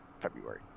February